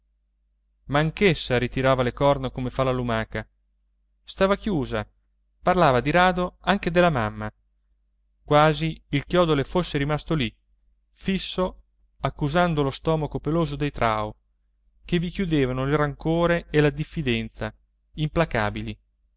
ma anch'essa ritirava le corna come fa la lumaca stava chiusa parlava di rado anche della mamma quasi il chiodo le fosse rimasto lì fisso accusando lo stomaco peloso dei trao che vi chiudevano il rancore e la diffidenza implacabili